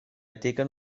digon